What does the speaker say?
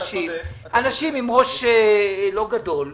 אנשים עם ראש לא גדול יגידו,